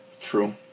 True